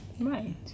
right